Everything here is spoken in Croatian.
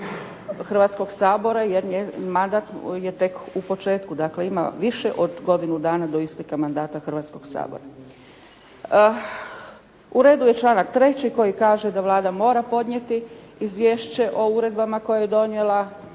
Hrvatskog sabora, jer njen mandat je tek u početku. Dakle, ima više od godinu dana do isteka mandata Hrvatskog sabora. U redu je članak 3. koji kaže da Vlada mora podnijeti izvješće o uredbama koje je donijela na